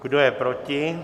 Kdo je proti?